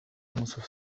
النصف